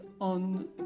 on